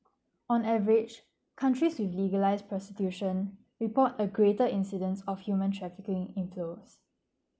on average countries with legalise prostitution report a greater incidence of human trafficking inflows